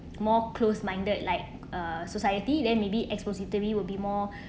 more closed minded like uh society then maybe expository will be more